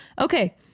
Okay